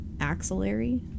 Axillary